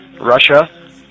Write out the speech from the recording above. Russia